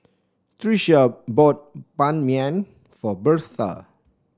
Tricia bought Ban Mian for Birtha